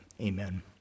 Amen